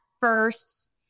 first